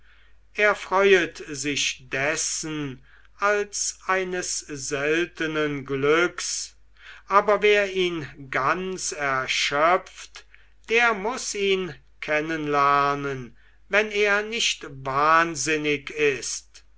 er freuet sich dessen als eines seltenen glücks aber wer ihn ganz erschöpft der muß ihn kennen lernen wenn er nicht wahnsinnig ist